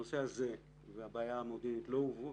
הנושא הזה והבעיה המודיעינית לא הובאו,